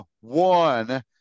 one